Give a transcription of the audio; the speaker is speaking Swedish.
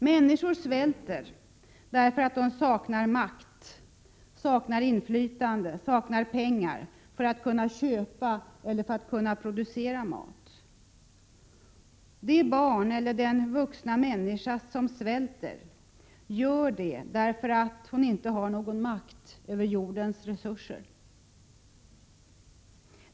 Människor svälter därför att de saknar makt, inflytande och pengar för att kunna köpa eller producera mat. Det barn eller den vuxna människa som svälter gör det därför att hon inte har någon makt över jordens resurser.